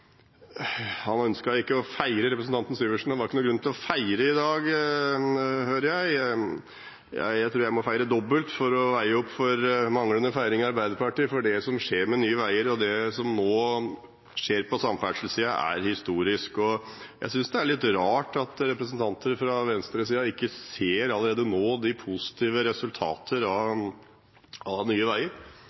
Han ønsket ikke å feire, representanten Sivertsen. Det var ikke noen grunn til å feire i dag, hører jeg. Jeg tror jeg må feire dobbelt for å veie opp for manglende feiring i Arbeiderpartiet, for det som skjer med Nye Veier, og det som nå skjer på samferdselssiden, er historisk. Jeg synes det er litt rart at representanter fra venstresiden ikke allerede nå ser de positive resultater av Nye Veier.